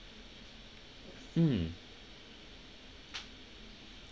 mm